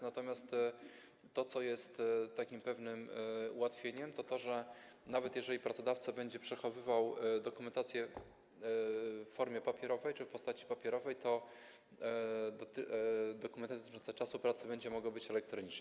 Natomiast to, co jest pewnym ułatwieniem, to to, że nawet, jeżeli pracodawca będzie przechowywał dokumentację w formie papierowej czy w postaci papierowej, to dokumentacja dotycząca czasu pracy będzie mogła być elektroniczna.